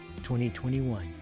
2021